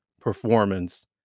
performance